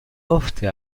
ofte